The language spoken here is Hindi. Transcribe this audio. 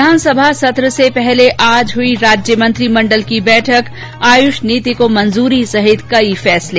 विधानसभा सत्र से पहले आज हुई राज्यमंत्रीमण्डल की बैठक आयुष नीति को मंजूरी सहित कई फैसले